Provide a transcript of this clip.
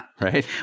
right